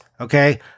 okay